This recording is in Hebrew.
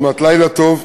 עוד מעט לילה טוב,